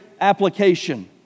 application